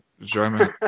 german